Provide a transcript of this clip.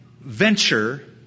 venture